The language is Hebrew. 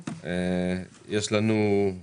יש לנו היום